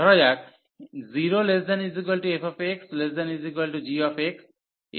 ধরা যাক 0≤fx≤gxax≤b এবং fxgx k